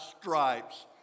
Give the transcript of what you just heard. stripes